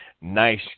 nice